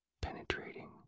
penetrating